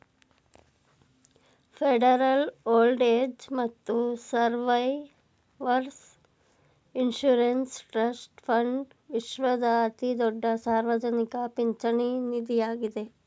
federal old age ಮತ್ತು survivors insurance trust fund ವಿಶ್ವದ ಅತಿದೊಡ್ಡ ಸಾರ್ವಜನಿಕ ಪಿಂಚಣಿ ನಿಧಿಯಾಗಿದ್ದೆ